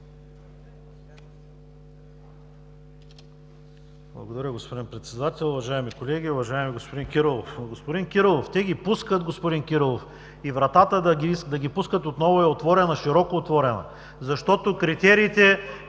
Благодаря, господин Председател. Уважаеми колеги, уважаеми господин Кирилов! Те ги пускат, господин Кирилов, и вратата да ги пускат отново е широко отворена, защото критериите,